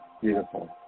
beautiful